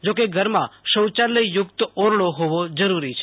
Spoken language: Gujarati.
જો કે ઘરમાં શોચાલયયુક્ત ઓરડો હોવો જરુરી છે